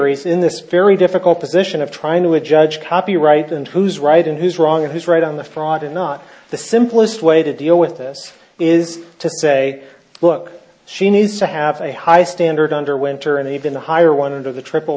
in this very difficult position of trying to a judge copyright and who's right and who's wrong who's right on the fraud and not the simplest way to deal with this is to say look she needs to have a high standard under winter and even a higher one under the triple